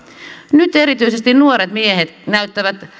nyt erityisesti nuoret miehet näyttävät